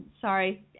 sorry